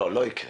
לא יקרה.